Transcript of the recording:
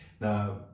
Now